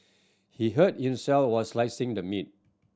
he hurt himself while slicing the meat